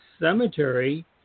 cemetery